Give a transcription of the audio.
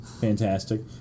fantastic